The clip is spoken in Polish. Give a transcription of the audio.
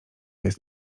jest